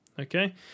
Okay